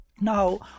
Now